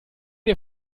dir